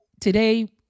today